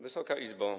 Wysoka Izbo!